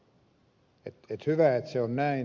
hyvä että se on näin